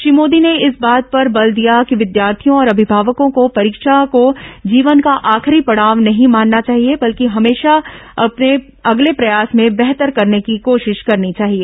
श्री मोदी ने इस बात पर बल दिया कि विद्यार्थियों और अभिमावकों को परीक्षा को जीवन का आखिरी पड़ाव नहीं मानना चाहिए बल्कि हमेशा अगले प्रयास में बेहतर करने की कोशिश करनी चाहिए